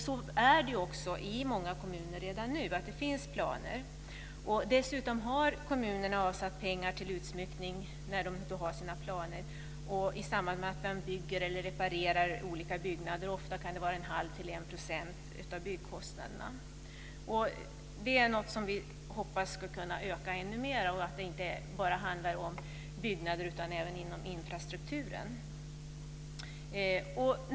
Så är det också i många kommuner redan nu - det finns planer. Dessutom har kommunerna avsatt pengar till utsmyckning i samband med att de bygger eller reparerar olika byggnader. Ofta kan det vara 1⁄2-1 % av byggkostnaderna. Det är något som vi hoppas ska kunna öka ännu mera, och vi hoppas att det inte bara ska handla om byggnader utan även om infrastrukturen.